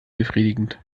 befriedigend